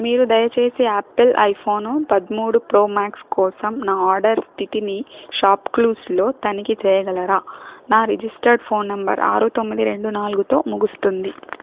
మీరు దయచేసి Apple iPhone పద్మూడు ప్రో మ్యాక్స్ కోసం నా ఆడర్ స్థితిని షాప్ క్లూస్లో తనిఖీ చేయగలరా నా రిజిస్టర్డ్ ఫోన్ నంబర్ ఆరు తొమ్మిది రెండు నాలుగుతో ముగుస్తుంది